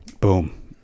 Boom